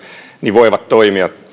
voivat toimia